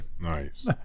Nice